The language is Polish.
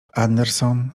anderson